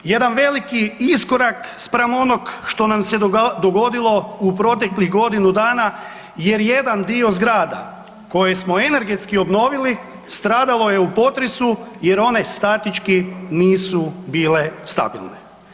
Jedan veliki iskorak spram onog što nam se dogodilo u proteklih godinu dana jer jedan dio zgrada, koje smo energetski obnovili stradalo je u potresu jer one statički nisu bile stabilne.